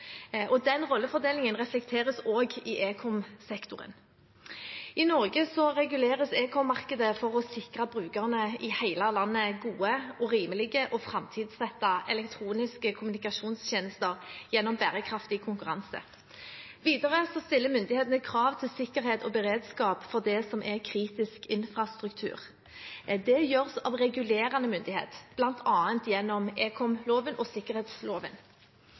rollefordelingen reflekteres også i ekomsektoren. I Norge reguleres ekommarkedet for å sikre brukerne i hele landet gode, rimelige og framtidsrettede elektroniske kommunikasjonstjenester gjennom bærekraftig konkurranse. Videre stiller myndighetene krav til sikkerhet og beredskap for det som er kritisk infrastruktur. Dette gjøres av regulerende myndigheter, bl.a. gjennom ekomloven og sikkerhetsloven.